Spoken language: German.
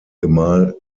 gemahl